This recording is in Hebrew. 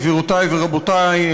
גבירותי ורבותי,